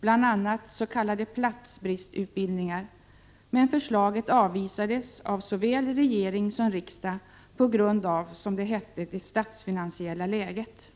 bland annat s.k. platsbristutbildningar, men förslaget avvisades av såväl regering som riksdag på grund av, som det hette, det ”statsfinansiella läget”.